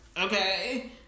okay